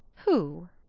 who?